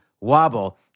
wobble